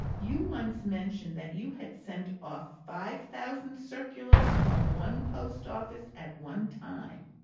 you once mentioned that you had sent off five thousand circulars from one post-office at one time?